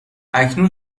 اکنون